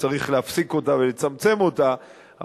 צריך להפסיק אותה ולצמצם אותה,